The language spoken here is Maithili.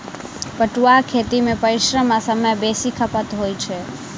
पटुआक खेती मे परिश्रम आ समय बेसी खपत होइत छै